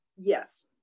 yes